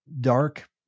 dark